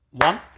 One